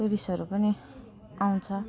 टुरिस्टहरू पनि आउँछ